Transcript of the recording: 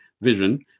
vision